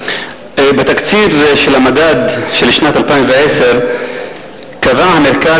בתקציר של המדד של שנת 2010 קבע המכון